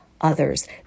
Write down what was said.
others